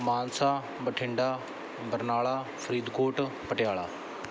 Mansa Bathinda Barnala Faridkot Patiala